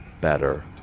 better